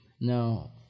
Now